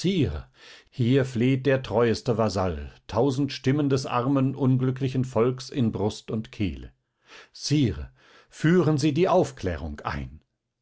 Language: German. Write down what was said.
hier fleht der treueste vasall tausend stimmen des armen unglücklichen volks in brust und kehle sire führen sie die aufklärung ein